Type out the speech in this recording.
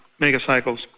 megacycles